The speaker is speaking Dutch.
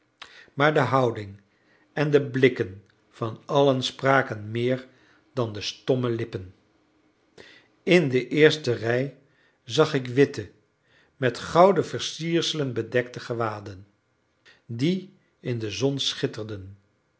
maar de houding en de blikken van allen spraken meer dan de stomme lippen in de eerste rij zag ik witte met gouden versierselen bedekte gewaden die in de zon schitterden